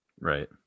right